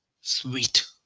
sweet